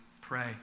pray